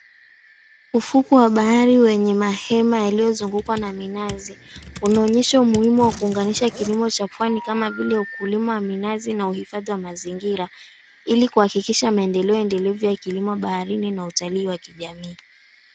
Ufukwe wa bahari wenye mahema yaliyozungukwa na minazi unaonyesha umuhimu wa kuunganisha kilimo cha pwani kama vile ukulima wa minazi na uhifadhi wa mazingira, ili kuhakikisha maendeleo endelevu ya kilimo baharini na utalii wa kijamii.